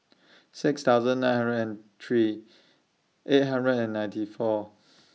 six thousand nine hundred and three eight hundred and ninety four